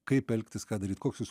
kaip elgtis ką daryt koks jūs